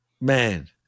man